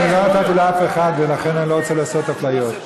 אני לא נתתי לאף אחד ולכן אני לא רוצה לעשות אפליות.